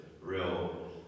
real